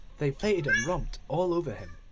they played and romped all over him,